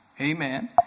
Amen